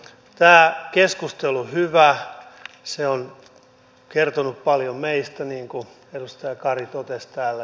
tämä keskustelu on hyvä se on kertonut paljon meistä niin kuin edustaja kari totesi täällä